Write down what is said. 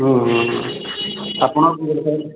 ହୁଁ ହୁଁ ଆପଣ